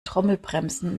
trommelbremsen